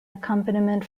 accompaniment